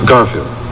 Garfield